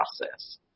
process